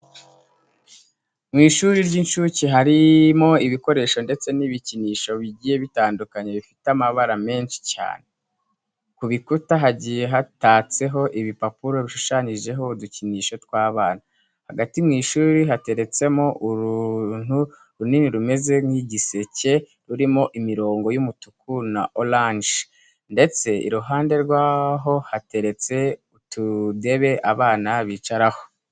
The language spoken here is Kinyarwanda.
Mu ishuri ry'inshuke harimo ibikoresho ndetse n'ibikinisho bigiye bitandukanye bifite amabara menshi cyane. Ku bikuta hagiye hatatseho ibipapuro bishushanyijeho udukinisho tw'abana. Hagati mu ishuri hateretsemo uruntu runini rumeze nk'igiseke rurimo imirongo y'umutuku na oranje ndetse iruhande rwaho hateretse udutebe abana bicaraho.